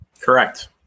Correct